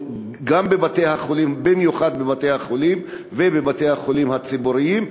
במיוחד בבתי-החולים ובבתי-החולים הציבוריים.